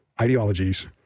ideologies